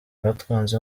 hatanzwe